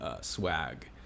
Swag